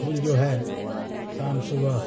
फूल जो है शाम सुबह